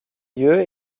lieu